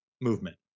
movement